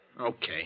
Okay